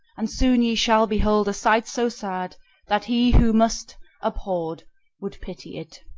and soon ye shall behold a sight so sad that he who must abhorred would pity it.